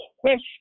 question